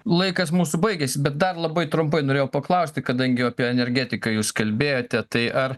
laikas mūsų baigėsi bet dar labai trumpai norėjau paklausti kadangi apie energetiką jūs kalbėjote tai ar